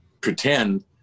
pretend